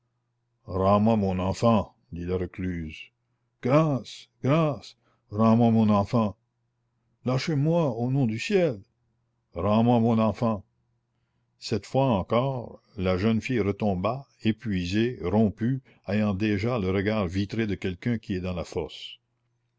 rends-moi mon enfant dit la recluse grâce grâce rends-moi mon enfant lâchez-moi au nom du ciel rends-moi mon enfant cette fois encore la jeune fille retomba épuisée rompue ayant déjà le regard vitré de quelqu'un qui est dans la fosse